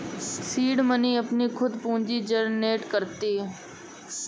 seed money अपनी खुद पूंजी जनरेट करती है